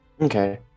Okay